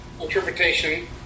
interpretation